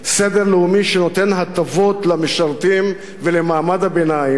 סדר לאומי שנותן הטבות למשרתים ולמעמד הביניים,